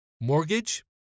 Mortgage